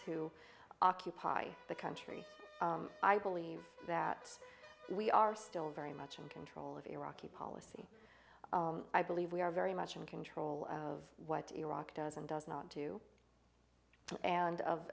to occupy the country i believe that we are still very much in control of iraqi policy i believe we are very much in control of what iraq does and does not do and